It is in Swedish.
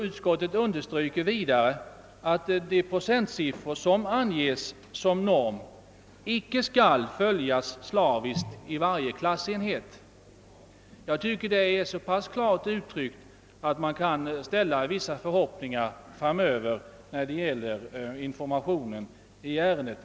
Utskottet understryker vidare att de procentsiffror som anges som norm icke skall följas slaviskt i varje klassenhet. Jag tycker att detta är så pass klart uttryckt att man kan ställa vissa förhoppningar framöver på informationen i ärendet.